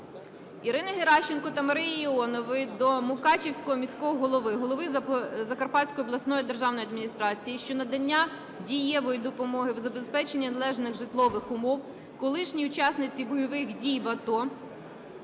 Ірини Геращенко та Марії Іонової до Мукачівського міського голови, голови Закарпатської обласної державної адміністрації щодо надання дієвої допомоги в забезпеченні належних житлових умов колишній учасниці бойових дій в АТО